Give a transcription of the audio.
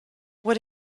what